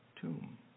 tomb